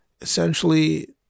essentially